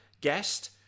Guest